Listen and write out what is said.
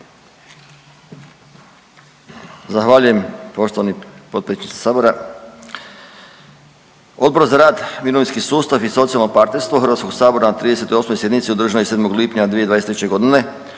Zahvaljujem poštovani potpredsjedniče Sabora. Odbor za rad, mirovinski sustav i socijalno partnerstvo HS-a na 38. sjednici održanoj 7. lipnja 2023. g.